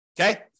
okay